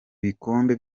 bikombe